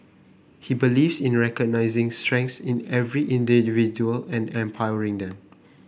he believes in recognising strengths in every individual and empowering them